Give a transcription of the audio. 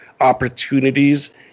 opportunities